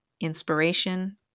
inspiration